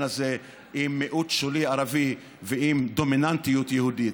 הזה עם מיעוט שולי ערבי ועם דומיננטיות יהודית.